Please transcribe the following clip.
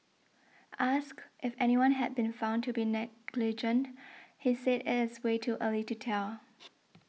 asked if anyone had been found to be negligent he said it is way too early to tell